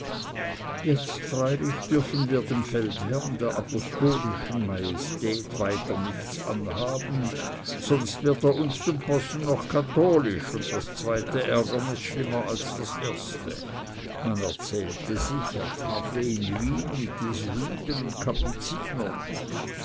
jetzt freilich dürfen wir dem feldherrn der apostolischen majestät weiter nichts anhaben sonst wird er uns zum possen noch katholisch und das zweite ärgernis schlimmer als das erste man erzählt sich er tafle in wien mit jesuiten und kapuzinern